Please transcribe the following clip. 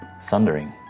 sundering